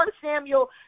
Samuel